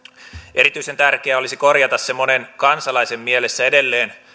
erityisen tärkeää olisi korjata semmoinen kansalaisen mielessä edelleen